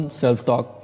self-talk